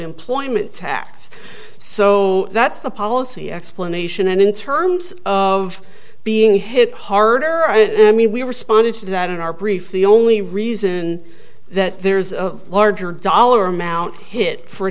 employment tax so that's the policy explanation and in terms of being hit harder i mean we responded to that in our brief the only reason that there's a larger dollar amount hit for